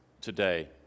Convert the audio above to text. today